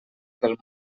pel